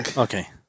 Okay